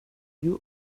you